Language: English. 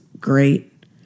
great